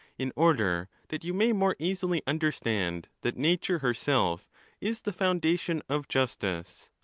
in order that you may more easily understand that nature her self is the foundation of justice.